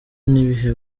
n’ibihe